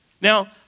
Now